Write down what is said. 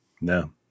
No